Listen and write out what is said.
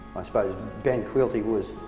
i suppose ben quilty was,